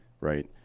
right